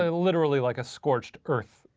ah literally like a scorched earth.